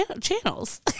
channels